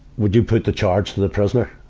would you put the charge to the prisoner?